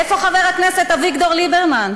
איפה חבר הכנסת אביגדור ליברמן?